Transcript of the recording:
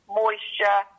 moisture